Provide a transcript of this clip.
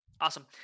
Awesome